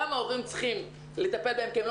גם ההורים צריכים לטפל בהם כי הם לא